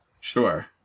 Sure